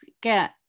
get